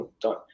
done